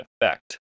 effect